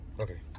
Okay